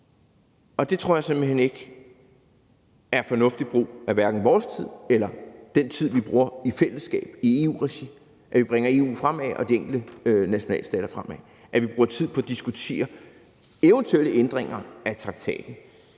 og jeg tror simpelt hen ikke, det er en fornuftig brug af hverken vores tid eller den tid, vi bruger i fællesskab i EU-regi for at bringe EU fremad og de enkelte nationalstater fremad, at vi diskuterer eventuelle ændringer af traktaten.